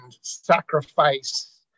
sacrifice